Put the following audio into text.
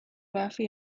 buffy